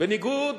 בניגוד